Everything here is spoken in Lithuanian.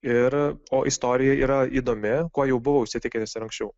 ir o istorija yra įdomi kuo jau buvau įsitikinęs ir anksčiau